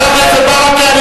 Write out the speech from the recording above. חבר הכנסת ברכה,